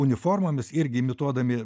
uniformomis irgi imituodami